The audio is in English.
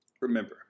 Remember